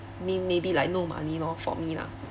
may~ maybe like no money lor for me lah